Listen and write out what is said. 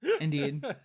indeed